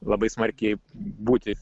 labai smarkiai būti